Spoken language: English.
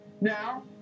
Now